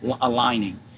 aligning